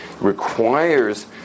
requires